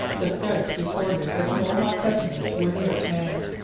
the scouts reported that the mohawk settlements were near at hand.